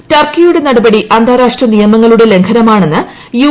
ടർക്കിയുടെ നടപടി അന്താരാഷ്ട്ര നിയമങ്ങളുടെ ലംഘനമാണമെന്ന് യു